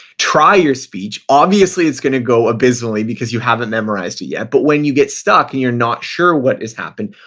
try your speech. obviously it's going to go abysmally because you haven't memorized it yet. but when you get stuck and you're not sure what has happened,